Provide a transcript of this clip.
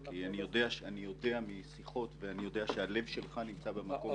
כי אני יודע משיחות ואני יודע שהלב שלך נמצא במקום הנכון.